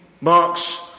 Mark's